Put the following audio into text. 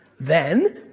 then,